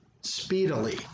speedily